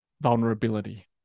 vulnerability